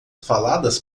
faladas